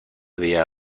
día